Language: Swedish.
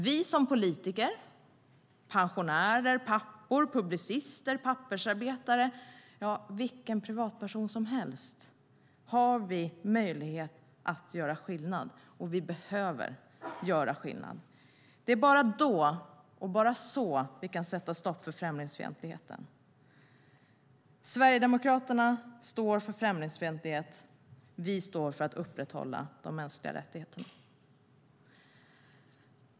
Vi som politiker, pensionärer, pappor, publicister, pappersarbetare - vilken privatperson som helst - har möjlighet att göra skillnad, och vi behöver göra skillnad. Det är bara då och bara så som vi kan sätta stopp för främlingsfientligheten. Sverigedemokraterna står för främlingsfientlighet. Vi står för att upprätthålla de mänskliga rättigheterna.